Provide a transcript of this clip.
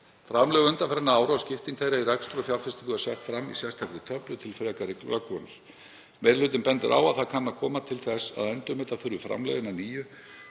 Framlög undanfarinna ára og skipting þeirra í rekstur og fjárfestingu er sett fram í sérstakri töflu til frekari glöggvunar. Meiri hlutinn bendir á að það kann að koma til þess að endurmeta þurfi framlögin að nýju